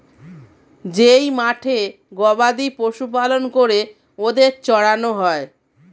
যেই মাঠে গবাদি পশু পালন করে ওদের চড়ানো হয়